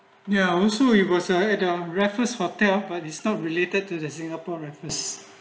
ya also it was a add ah raffles hotel is not related to the singapore reckless